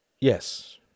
yes